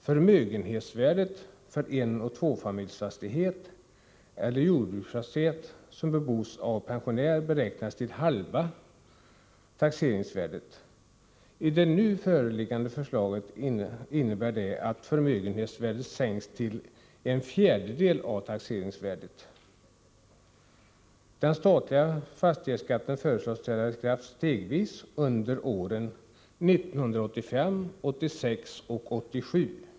Förmögenhetsvärdet för enoch tvåfamiljsfastighet eller för jordbruksfastighet som bebos av pensionär beräknas till halva taxeringsvärdet. Nu föreliggande förslag innebär att förmögenhetsvärdet sänks till en fjärdedel av taxeringsvärdet. Införandet av den statliga fastighetsskatten föreslås ske stegvis under åren 1985, 1986 och 1987.